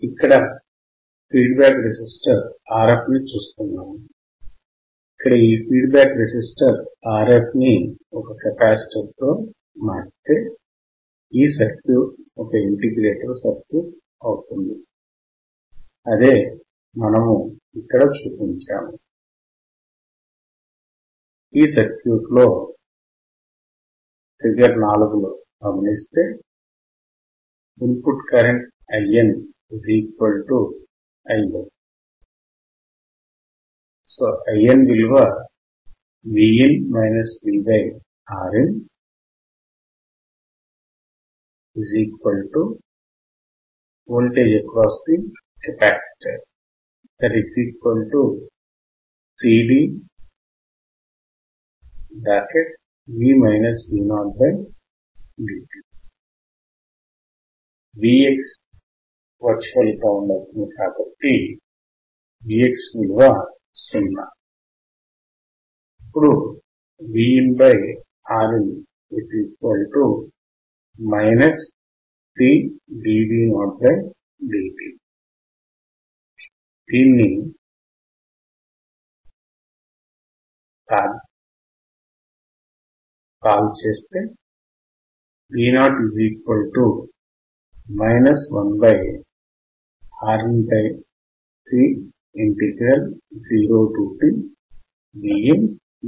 ఇక్కడ feedback resistor ని చూస్తున్నాము ఇక్కడ ఈ ఫీడ్ బ్యాక్ రేసిస్టర్ ని ఒక కెపాసిటర్ తో మార్చితే ఈ సర్కూట్ ఒక ఇంటిగ్రేటర్ సర్కూట్ అవుతుంది